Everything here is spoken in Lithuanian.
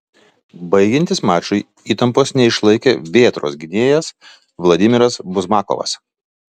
baigiantis mačui įtampos neišlaikė vėtros gynėjas vladimiras buzmakovas